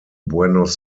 buenos